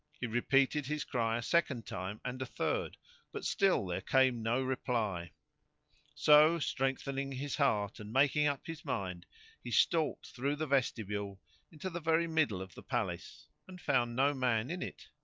he repeated his cry a second time and a third but still there came no reply so strengthening his heart and making up his mind he stalked through the vestibule into the very middle of the palace and found no man in it.